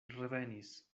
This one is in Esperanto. revenis